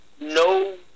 no